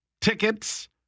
tickets